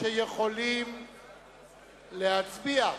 שיכולים להצביע,